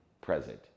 present